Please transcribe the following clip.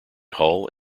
hull